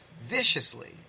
viciously